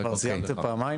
אתה כבר סיימת פעמיים.